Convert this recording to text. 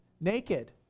naked